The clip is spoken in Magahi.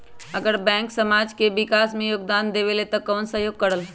अगर बैंक समाज के विकास मे योगदान देबले त कबन सहयोग करल?